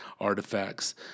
artifacts